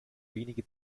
wenige